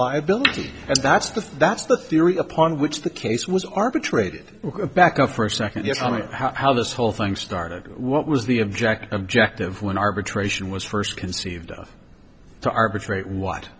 liability and that's the that's the theory upon which the case was arbitrated back up for a second yes i mean how this whole thing started what was the object objective when arbitration was first conceived of to arbitrate what